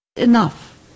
enough